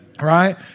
Right